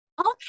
Okay